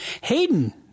Hayden